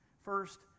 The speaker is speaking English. First